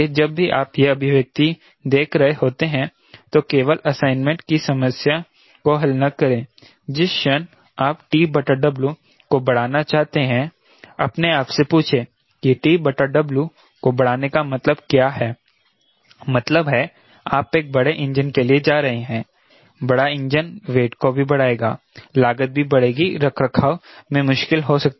इसीलिए जब भी आप यह अभिव्यक्ति देख रहे होते हैं तो केवल असाइनमेंट की समस्या को हल न करें जिस क्षण आप TW को बढ़ाना चाहते हैं अपने आप से पूछें कि TW को बढ़ाने का मतलब क्या है मतलब है आप एक बड़े इंजन के लिए जा रहे हैं बड़ा इंजन वेट को भी बढ़ाएगा लागत भी बढ़ेगी रखरखाव में मुश्किल हो सकती है